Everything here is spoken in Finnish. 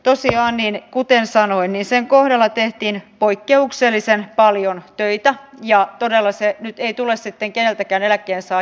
tosiaan kuten sanoin sen kohdalla tehtiin poikkeuksellisen paljon töitä ja todella se ei tule sitten kävikään eläkkeen saa